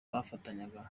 bafatanyaga